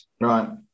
Right